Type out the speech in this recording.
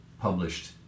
published